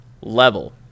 level